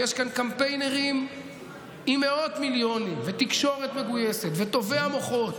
ויש כאן קמפיינרים עם מאות מיליונים ותקשורת מגויסת וטובי המוחות